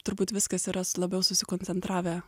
turbūt viskas yra s labiau susikoncentravę